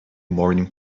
morning